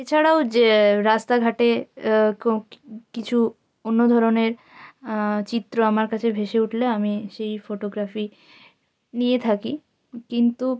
এছাড়াও যে রাস্তাঘাটে কিছু অন্য ধরনের চিত্র আমার কাছে ভেসে উঠলে আমি সেই ফোটোগ্রাফি নিয়ে থাকি কিন্তু